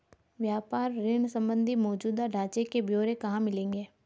व्यापार ऋण संबंधी मौजूदा ढांचे के ब्यौरे कहाँ मिलेंगे?